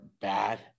bad